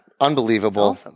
Unbelievable